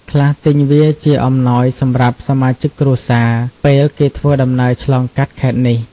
ខ្លះទិញវាជាអំណោយសម្រាប់សមាជិកគ្រួសារ ពេលគេធ្វើដំណើរឆ្លងកាត់ខេត្តនេះ។